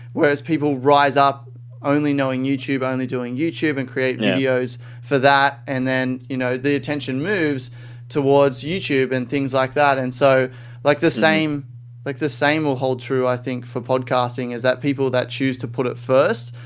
whereas people rise up only knowing youtube, only doing youtube and create videos for that. and then, you know, the attention moves towards youtube and things like that. and so like the same like the same will hold true, i think, for podcasting is that people that choose to put it first,